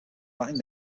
latin